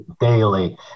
daily